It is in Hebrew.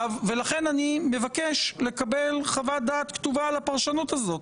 ולכן אני מבקש לקבל חוות דעת כתובה על הפרשנות הזאת,